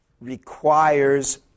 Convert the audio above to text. requires